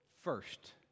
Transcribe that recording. first